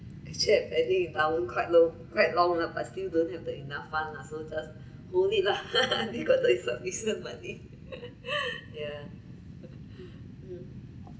actually I I think endowment quite low quite long lah but still don't have the enough fund lah so just no need lah they got the insufficient money yeah mm